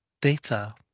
data